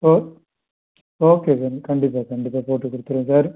ஓ okay sir கண்டிப்பாக கண்டிப்பாக போட்டுக் கொடுத்துருவோம் சார்